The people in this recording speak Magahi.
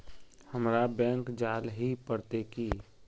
हमरा बैंक जाल ही पड़ते की?